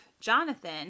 Jonathan